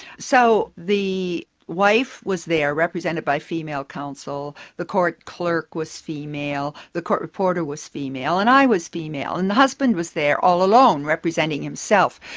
so, the wife was there represented by female counsel, the court clerk was female, the court reporter was female, and i was female. and the husband was there all alone, representing himself.